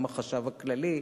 גם החשב הכללי,